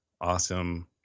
awesome